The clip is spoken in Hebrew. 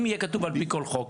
אם יהיה כתוב "על פי כל חוק"?